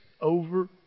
over